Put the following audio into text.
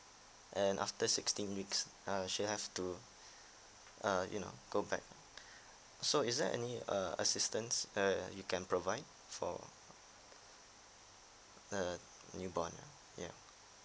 and after sixteen weeks uh she have to uh you know go back so is there any uh assistance err you can provide for a new born ah yeah